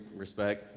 respect.